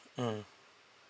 mm